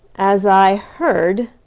as i heard,